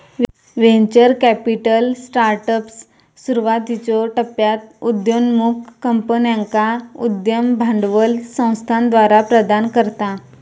venture capital startups, सुरुवातीच्यो टप्प्यात उदयोन्मुख कंपन्यांका उद्यम भांडवल संस्थाद्वारा प्रदान करता